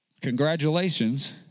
congratulations